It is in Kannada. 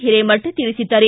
ಹಿರೇಮಠ ತಿಳಿಸಿದ್ದಾರೆ